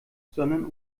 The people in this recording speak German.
sondern